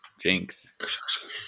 Jinx